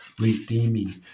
redeeming